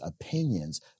opinions